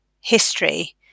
history